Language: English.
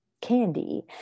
candy